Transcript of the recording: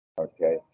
Okay